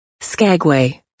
Skagway